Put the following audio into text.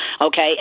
okay